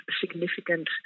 significant